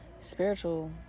spiritual